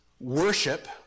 worship